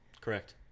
Correct